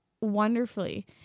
wonderfully